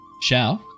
Shao